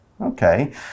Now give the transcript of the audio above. Okay